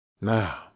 Now